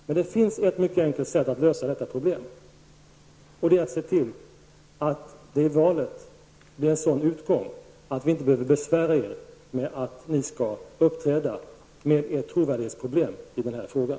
Men det finns ett mycket enkelt sätt att lösa detta problem, och det är att se till att det i valet blir en sådan utgång att vi inte behöver besvära er med att ni skall uppträda med ert trovärdighetsproblem i den här frågan.